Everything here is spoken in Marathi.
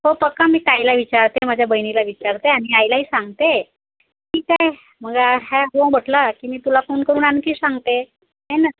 हो पक्का मी ताईला विचारते माझ्या बहिणीला विचारते आणि आईलाही सांगते ठीक आहे मग ह्या हो म्हटला की मी तुला फोन करून आणखी सांगते है ना